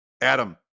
adam